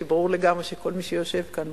כי ברור לגמרי שכל מי שיושב כאן,